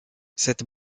cette